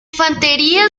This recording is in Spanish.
infantería